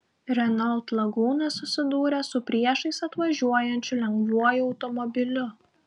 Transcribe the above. renault laguna susidūrė su priešais atvažiuojančiu lengvuoju automobiliu